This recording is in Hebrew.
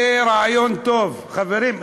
זה רעיון טוב, חברים.